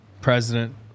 president